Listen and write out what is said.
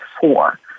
four